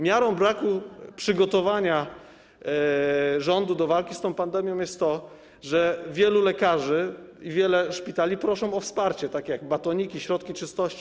Miarą braku przygotowania rządu do walki z tą pandemią jest to, że wielu lekarzy i wiele szpitali prosi o wsparcie, takie jak batoniki, środki czystości.